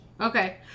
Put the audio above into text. Okay